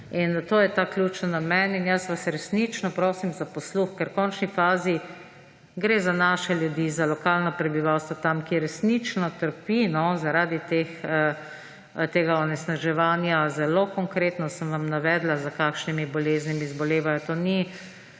To je ta ključni namen in jaz vas resnično prosim za posluh, ker v končni fazi gre za naše ljudi, za lokalno prebivalstvo, ki tam resnično trpi zaradi tega onesnaževanja. Zelo konkretno sem vam navedla, za kakšnimi boleznimi zbolevajo. To ni